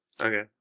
Okay